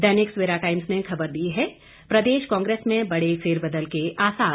दैनिक Savera Times ने खबर दी है प्रदेश कांग्रेस में बड़े फेरबदल के आसार